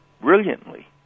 brilliantly